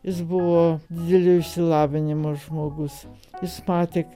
jis buvo didelio išsilavinimo žmogus jis matė